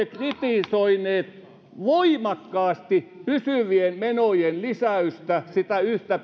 kritisoineet voimakkaasti pysyvien menojen lisäystä sitä yhtä